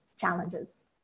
challenges